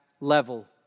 level